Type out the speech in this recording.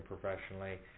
professionally